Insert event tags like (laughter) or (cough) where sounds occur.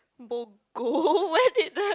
Bogo (laughs) where did the